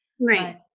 right